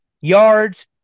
yards